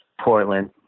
Portland